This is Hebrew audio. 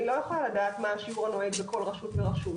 ואני לא יכולה לדעת מה השיעור הנוהג בכל רשות ורשות,